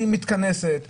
היא מתכנסת מהר,